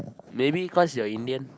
maybe cause your Indian